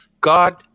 God